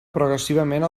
progressivament